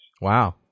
Wow